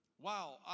Wow